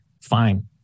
Fine